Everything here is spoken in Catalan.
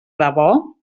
debò